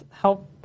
help